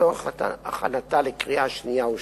לצורך הכנתה לקריאה שנייה ושלישית.